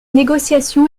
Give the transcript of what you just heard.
négociation